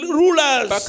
rulers